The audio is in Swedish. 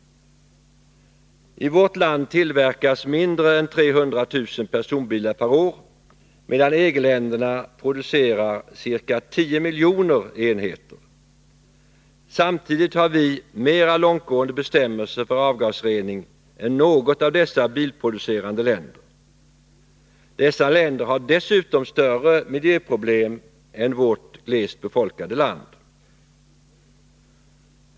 I vårt land tillverkas mindre än 300 000 personbilar per år, medan EG-länderna producerar ca 10 miljoner enheter. Samtidigt har vi mera långtgående bestämmelser för avgasrening än något av dessa bilproducerande länder. De länderna har dessutom större miljöproblem än vårt glest befolkade land.